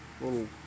little